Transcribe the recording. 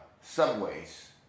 Subway's